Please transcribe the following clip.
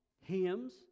hymns